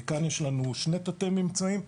כאן יש לנו שני תתי ממצאים עיקריים,